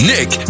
Nick